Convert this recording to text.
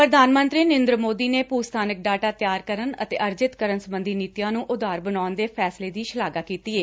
ਪੁਧਾਨ ਮੰਤਰੀ ਨਰੇਂਦਰ ਮੋਦੀ ਨੇ ਭੁ ਸਬਾਨਕ ਡਾਟਾ ਤਿਆਰ ਕਰਨ ਅਤੇ ਅਰਜਿਤ ਕਰਨ ਸਬੰਧੀ ਨੀਤੀਆਂ ਨ੍ਨੰ ਉਦਾਰ ਬਣਾਉਣ ਦੇ ਫੈਸਲੇ ਦੀ ਸ਼ਲਾਘਾ ਕੀਤੀ ਏ